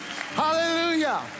Hallelujah